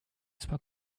zwar